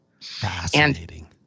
Fascinating